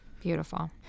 Beautiful